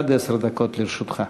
עד עשר דקות לרשותך.